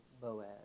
Boaz